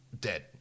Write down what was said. Dead